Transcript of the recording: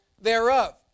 thereof